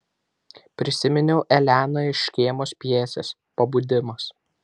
prisiminiau eleną iš škėmos pjesės pabudimas